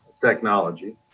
technology